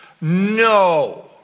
No